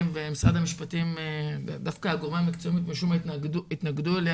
ומשרד המשפטים ודווקא הגורמים המקצועיים דווקא התנגדו אליה